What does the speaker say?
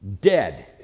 dead